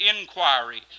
inquiry